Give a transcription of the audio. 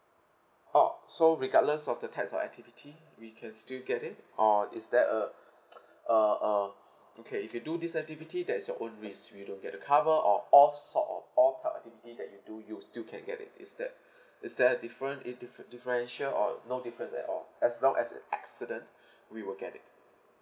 orh so regardless of the types of activity we can still get it or is there a a uh okay if you do this activity that is your own risk we don't get the cover or all sort of all type of activity that you do you'll still can get it is that is there different in differ~ differential or no different at all as long as it's accident we will get it